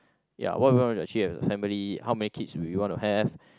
ya what we want to achieve in a family how many kids do we want to have